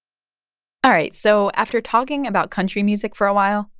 all right. so after talking about country music for a while,